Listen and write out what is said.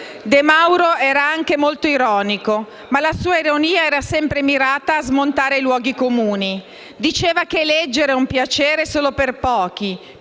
De Mauro era anche molto ironico, ma la sua ironia era sempre mirata a smontare i luoghi comuni: diceva che leggere è un piacere solo per pochi,